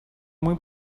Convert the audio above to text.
muy